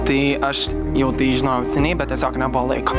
tai aš jau tai žinojau seniai bet tiesiog nebuvo laiko